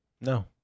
no